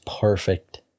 perfect